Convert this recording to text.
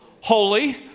Holy